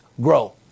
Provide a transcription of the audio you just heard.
grow